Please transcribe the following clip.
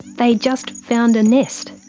they just found a nest